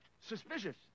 suspicious